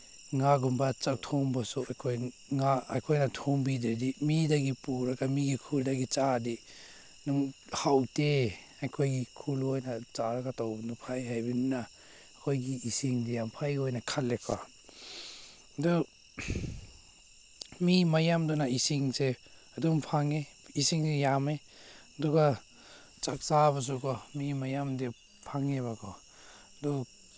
ꯉꯥꯒꯨꯝꯕ ꯆꯥꯛꯊꯣꯡꯕꯁꯨ ꯑꯩꯈꯣꯏꯅ ꯉꯥ ꯑꯩꯈꯣꯏ ꯊꯣꯡꯕꯤꯗ꯭ꯔꯗꯤ ꯃꯤꯗꯒꯤ ꯄꯨꯔꯒ ꯃꯤꯒꯤ ꯈꯨꯜꯗꯒꯤ ꯆꯥꯔꯗꯤ ꯍꯥꯎꯇꯦ ꯑꯩꯈꯣꯏꯒꯤ ꯈꯨꯜ ꯑꯣꯏꯅ ꯆꯥꯔꯒ ꯇꯧꯕꯅ ꯐꯩ ꯍꯥꯏꯕꯅꯤꯅ ꯑꯩꯈꯣꯏꯒꯤ ꯏꯁꯤꯡꯁꯦ ꯌꯥꯝ ꯐꯩ ꯑꯣꯏꯅ ꯈꯜꯂꯦꯀꯣ ꯑꯗꯨ ꯃꯤ ꯃꯌꯥꯝꯗꯨꯅ ꯏꯁꯤꯡꯁꯦ ꯑꯗꯨꯝ ꯐꯪꯉꯦ ꯏꯁꯤꯡꯁꯦ ꯌꯥꯝꯃꯦ ꯑꯗꯨꯒ ꯆꯥꯛ ꯆꯥꯕꯁꯨꯀꯣ ꯃꯤ ꯃꯌꯥꯝꯗꯤ ꯐꯪꯉꯦꯕꯀꯣ ꯑꯗꯨ